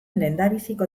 lehendabiziko